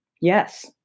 Yes